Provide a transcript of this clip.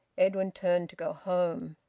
edwin turned to go home.